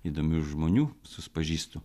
įdomių žmonių susipažįstu